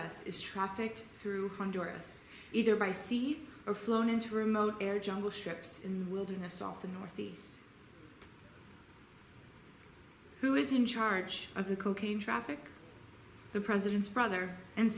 s is trafficked through on doris either by sea or flown into remote air jungle ships in the wilderness off the north east who is in charge of the cocaine traffic the president's brother and